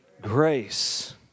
Grace